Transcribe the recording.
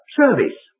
service